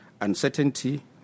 uncertainty